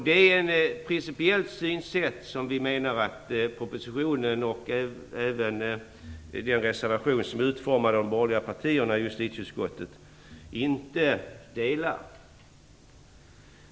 Det är en principiell uppfattning som vi menar att man i propositionen och även i den reservation som utformats av de borgerliga partierna i justitieutskottet inte delar.